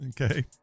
Okay